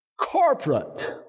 corporate